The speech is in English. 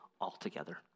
altogether